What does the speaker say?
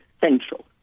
central